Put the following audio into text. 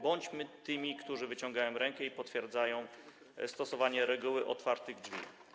Bądźmy tymi, którzy wyciągają rękę i potwierdzają stosowanie reguły otwartych drzwi.